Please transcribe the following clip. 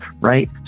right